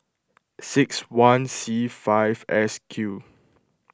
six one C five S Q